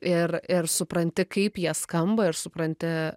ir ir supranti kaip jie skamba ir supranti